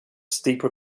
steeper